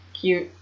cute